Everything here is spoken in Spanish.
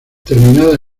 terminada